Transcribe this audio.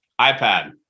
iPad